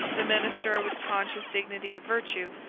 the minister, with the conscious dignity of virtue,